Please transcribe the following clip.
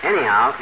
Anyhow